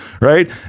Right